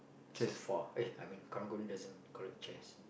sofa eh I mean Karang-Guni doesn't collect chairs